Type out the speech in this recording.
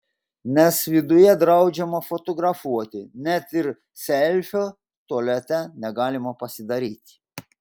nes viduje draudžiama fotografuoti net ir selfio tualete negalima pasidaryti